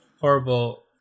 horrible